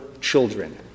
children